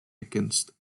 against